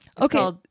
okay